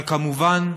אבל כמובן,